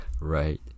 Right